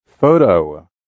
photo